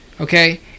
Okay